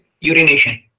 urination